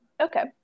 okay